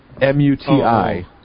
M-U-T-I